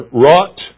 wrought